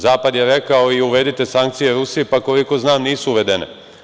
Zapad je rekao da uvedite sankcije Rusiji, pa koliko znam nisu uvedene.